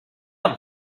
amb